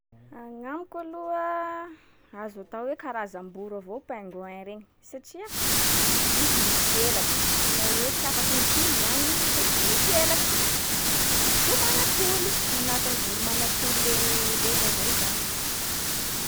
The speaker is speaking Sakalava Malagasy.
Agnamiko aloha, azo atao hoe karazam-boro avao pingouin regny. Satria, izy misy helatsiny, na hoe tsy afaky mitily zany fa izy misy helatsy. Izy koa manatoly, manahaka ny voro-manatoly le- regny avao zany.